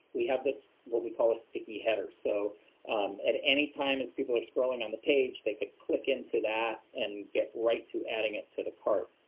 we have this what we call a sticky header, so at any time as people are scrolling on the page, they could click into that and get right to adding it to the cart.